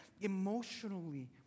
emotionally